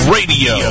Radio